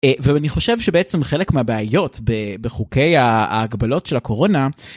ואני חושב שבעצם חלק מהבעיות בחוקי ההגבלות של הקורונה